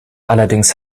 allerdings